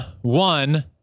One